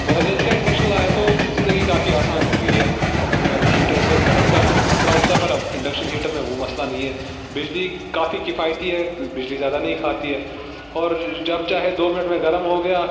مگر جب سے انڈکشن لایا تو زندگی کافی آسان ہو گئی ہے ہیٹر سے کرنٹ کا خطرہ ہوتا ہے پر اب انڈکشن ہیٹر میں وہ مسئلہ نہیں ہے بجلی کافی کفایتی ہے بجلی زیادہ نہیں کھاتی ہے اور جب چاہے دو منٹ میں گرم ہو گیا